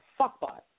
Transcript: fuckbot